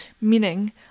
meaning